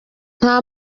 nta